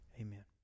Amen